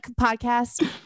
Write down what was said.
podcast